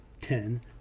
ten